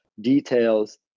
details